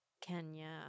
Kenya